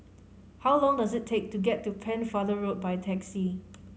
how long does it take to get to Pennefather Road by taxi